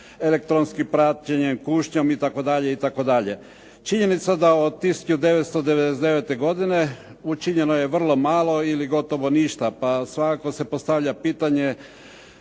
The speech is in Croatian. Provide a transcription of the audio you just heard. elektronskim praćenjem, kušnjom itd., itd. Činjenica da od 1999. godine učinjeno je vrlo malo ili gotovo ništa, pa svakako se postavlja pitanje